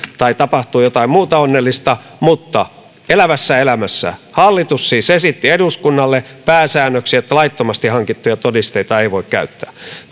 tai tapahtuu jotain muuta onnellista mutta elävässä elämässä hallitus siis esitti eduskunnalle pääsäännöksi että laittomasti hankittuja todisteita ei voi käyttää